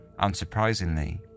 Unsurprisingly